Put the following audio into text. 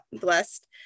blessed